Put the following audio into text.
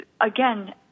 again